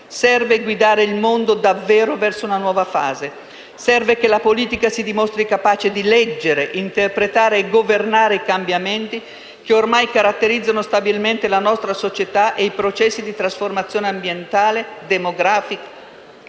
Serve guidare il mondo davvero verso una nuova fase. Serve che la politica si dimostri capace di leggere, interpretare e governare i cambiamenti, che ormai caratterizzano stabilmente la nostra società e i processi di trasformazione ambientale, demografica